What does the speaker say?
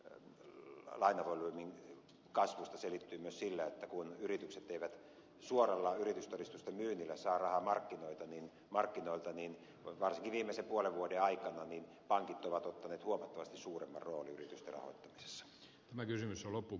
osahan tästä pankkien lainavolyymin kasvusta selittyy myös sillä että kun yritykset eivät suoralla yritystodistusten myynnillä saa rahaa markkinoilta varsinkin viimeisen puolen vuoden aikana niin pankit ovat ottaneet huomattavasti suuremman roolin yritysten rahoittamisessa